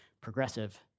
progressive